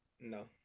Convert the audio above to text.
no